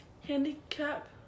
handicap